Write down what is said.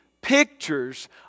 pictures